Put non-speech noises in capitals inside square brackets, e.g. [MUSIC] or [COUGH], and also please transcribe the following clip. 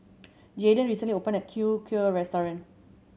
Jaydin recently opened a [UNINTELLIGIBLE] Kheer restaurant